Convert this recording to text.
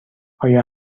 آیا